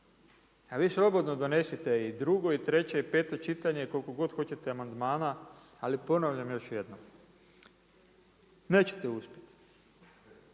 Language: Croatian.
A vi slobodno donesite i drugo i treće i peto čitanje koliko god hoćete amandmana ali ponavljam još jednom, nećete uspjeti.